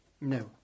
No